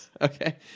Okay